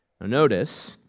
Notice